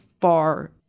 far